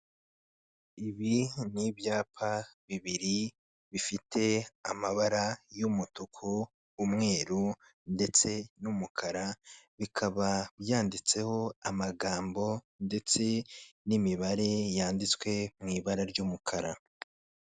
Ibi n'ibyapa bibiri bifite amabara y'umutuku, umweru ndetse n'umukara bikaba byanditseho amagambo ndetse n'imibare yanditswe mw'ibara ry'umukara.